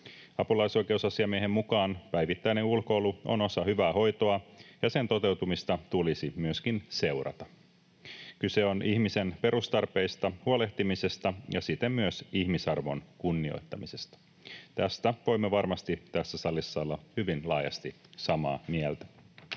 Apulaisoikeusasiamiehen mukaan päivittäinen ulkoilu on osa hyvää hoitoa ja sen toteutumista tulisi myöskin seurata. Kyse on ihmisen perustarpeista huolehtimisesta ja siten myös ihmisarvon kunnioittamisesta. Tästä voimme varmasti tässä salissa olla hyvin laajasti samaa mieltä.